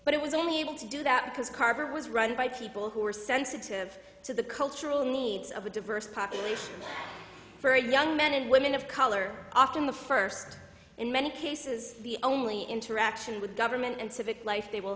but it was only able to do that because carver was run by people who are sensitive to the cultural needs of a diverse population very young men and women of color often the first in many cases the only interaction with government and civic life they will